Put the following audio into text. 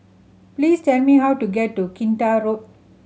please tell me how to get to Kinta Road